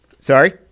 Sorry